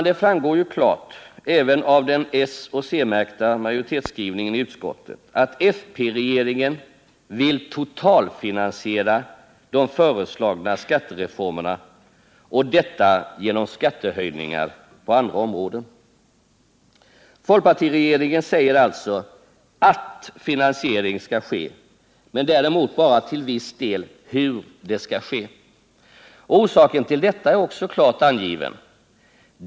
Det framgår ju klart — även av den soch c-märkta majoritetsskrivningen i utskottet — att fp-regeringen vill totalfinansiera de föreslagna skattereformerna, och detta genom skattehöjningar på andra områden. Fp-regeringen säger alltså art finansiering skall ske men däremot bara till viss del hur det skall ske. Och orsaken till detta är också klart angiven.